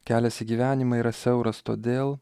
kelias į gyvenimą yra siauras todėl